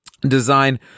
design